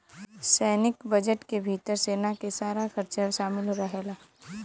सैनिक बजट के भितर सेना के सारा खरचा शामिल रहेला